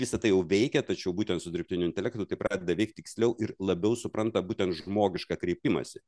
visa tai jau veikia tačiau būtent su dirbtiniu intelektu tai pradeda veikt tiksliau ir labiau supranta būtent žmogišką kreipimąsi